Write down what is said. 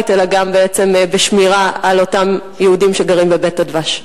אלא גם עצם השמירה על אותם יהודים שגרים ב"בית הדבש"?